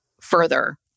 further